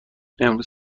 امروز